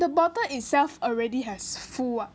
the bottle itself already has full ah